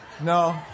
No